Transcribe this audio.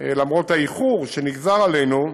ככל שאפשר, למרות האיחור שנגזר עלינו.